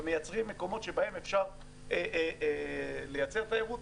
ומייצרים מקומות שבהם אפשר לייצר תיירות.